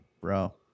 Bro